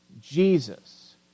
Jesus